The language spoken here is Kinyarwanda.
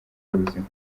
y’ubuzima